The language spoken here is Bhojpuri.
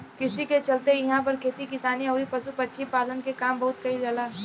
कृषि के चलते इहां पर खेती किसानी अउरी पशु पक्षी पालन के काम बहुत कईल जाला